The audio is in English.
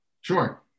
sure